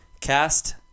cast